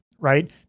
right